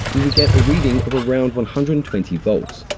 we would get the reading of around one hundred and twenty volts.